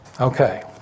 Okay